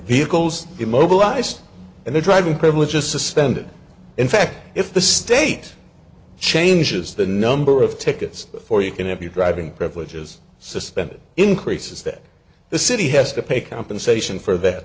vehicles immobilized and the driving privileges suspended in fact if the state changes the number of tickets before you can have your driving privileges suspended increases that the city has to pay compensation for that